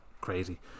crazy